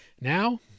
Now